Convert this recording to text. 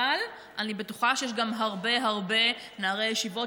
אבל אני בטוחה שיש גם הרבה הרבה נערי ישיבות